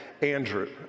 Andrew